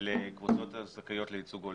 לקבוצות הזכאיות לייצוג הולם.